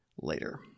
later